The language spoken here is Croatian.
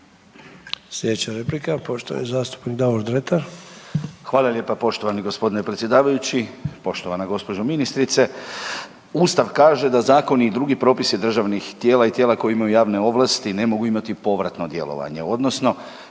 Slijedeća replika poštovani zastupnik Davor Dretar. **Dretar, Davor (DP)** Hvala lijepa poštovani g. predsjedavajući, poštovana gđo. ministrice. Ustav kaže da zakoni i drugi propisi državnih tijela i tijela koje imaju javne ovlasti ne mogu imati povratno djelovanje odnosno